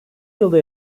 yılda